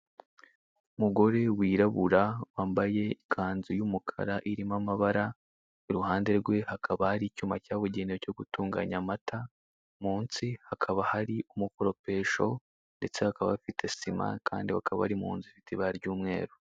Umugore wirabura wambaye ikanzu y'umukara irimo amabara, i ruhande rwe hakaba hari icyuma cyabugenewe cyo gutunganya amata, munsi hakaba hari umukoropesho ndetse bakaba bafite sima kandi bakaba bari mu nzu ifite ibara ry'umweru.